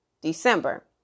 December